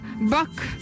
buck